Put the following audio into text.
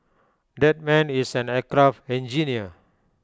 that man is an aircraft engineer